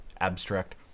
abstract